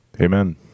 Amen